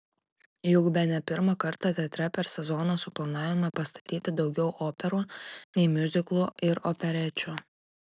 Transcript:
juk bene pirmą kartą teatre per sezoną suplanavome pastatyti daugiau operų nei miuziklų ir operečių